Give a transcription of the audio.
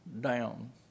down